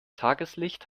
tageslicht